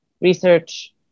research